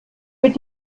mit